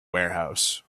warehouse